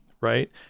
right